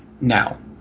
now